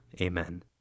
Amen